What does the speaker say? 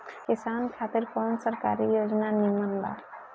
किसान खातिर कवन सरकारी योजना नीमन बा?